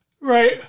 Right